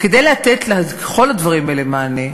כדי לתת לכל הדברים האלה מענה,